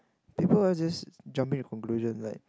people are just jumping to conclusion like